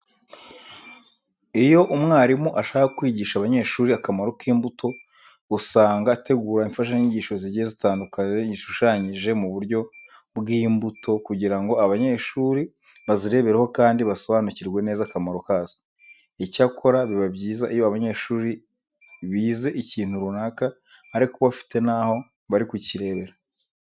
Iyo umwarimu ashaka kwigisha abanyeshuri akamaro k'imbuto, usanga ategura imfashanyigisho zigiye zitandukanye zishushanyije mu buryo bw'imbuto kugira ngo abanyeshuri bazirebereho kandi basobanukirwe neza akamaro kazo. Icyakora biba byiza iyo abanyeshuri bize ikintu runaka ariko bafite n'aho bari kukirebera.